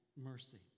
mercy